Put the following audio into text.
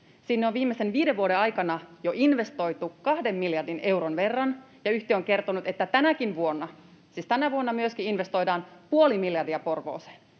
Sinne on viimeisen viiden vuoden aikana jo investoitu 2 miljardin euron verran, ja yhtiö on kertonut, että tänäkin vuonna — siis tänä vuonna myöskin — investoidaan puoli miljardia Porvooseen.